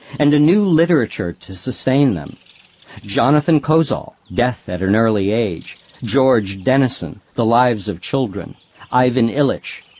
and a new literature to sustain them jonathan kozol, death at an early age george denison, the lives of children ivan illich,